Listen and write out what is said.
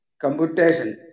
computation